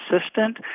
assistant